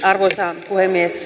arvoisa puhemies